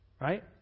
Right